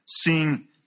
seeing